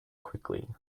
quickly